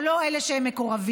או לא אלה שהם מקורבים,